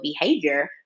behavior